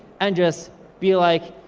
and just be like,